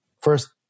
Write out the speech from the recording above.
first